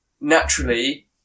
naturally